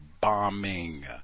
bombing